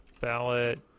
ballot